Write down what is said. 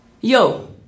Yo